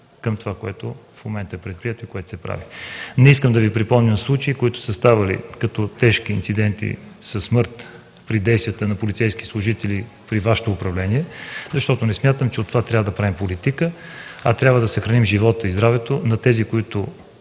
към това, което в момента е предприето и което се прави. Не искам да Ви припомням случаи, които са били тежки инциденти със смърт, при действия на полицейски служители при Вашето управление, защото не смятам, че от това трябва да правим политика, а трябва да съхраним живота и здравето на тези, които